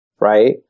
right